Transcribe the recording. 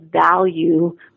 value